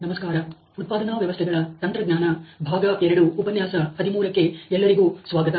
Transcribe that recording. ನಮಸ್ಕಾರ ಉತ್ಪಾದನಾ ವ್ಯವಸ್ಥೆಗಳ ತಂತ್ರಜ್ಞಾನ ಭಾಗ ಎರಡು ಉಪನ್ಯಾಸ ಹದಿಮೂರಕ್ಕೆ ಎಲ್ಲರಿಗೂ ಸ್ವಾಗತ